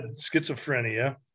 schizophrenia